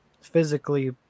physically